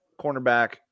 cornerback